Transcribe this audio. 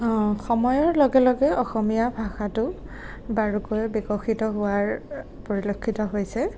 সময়ৰ লগে লগে অসমীয়া ভাষাটো বাৰুকৈ বিকশিত হোৱাৰ পৰিলক্ষিত হৈছে